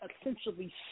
essentially